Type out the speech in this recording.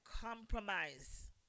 compromise